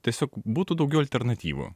tiesiog būtų daugiau alternatyvų